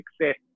success